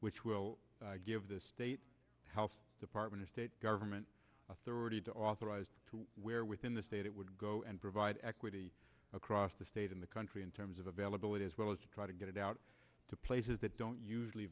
which will give the state health department or state government authority to authorize to where within the state it would go and provide equity across the state in the country in terms of a valid as well as try to get it out to places that don't usually